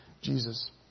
Jesus